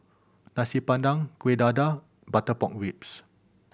Nasi Padang Kueh Dadar butter pork ribs